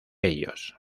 ellos